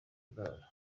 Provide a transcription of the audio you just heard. imana